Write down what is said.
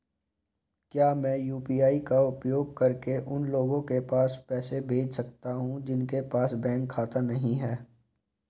क्या मैं यू.पी.आई का उपयोग करके उन लोगों के पास पैसे भेज सकती हूँ जिनके पास बैंक खाता नहीं है?